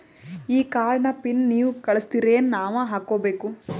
ಈ ಕಾರ್ಡ್ ನ ಪಿನ್ ನೀವ ಕಳಸ್ತಿರೇನ ನಾವಾ ಹಾಕ್ಕೊ ಬೇಕು?